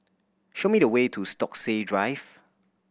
show me the way to Stokesay Drive